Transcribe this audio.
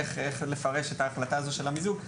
איך לפרש את ההחלטה הזו של המיזוג.